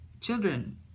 children